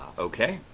ok.